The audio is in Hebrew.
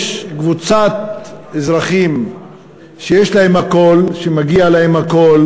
יש קבוצת אזרחים שיש להם הכול, שמגיע להם הכול,